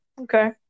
Okay